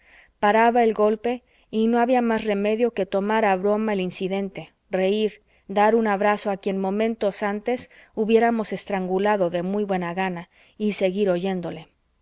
paraba el golpe y no había más remedio que tomar a broma el incidente reir dar un abrazo a quien momentos antes hubiéramos estrangulado de muy buena gana y seguir oyéndole